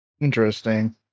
Interesting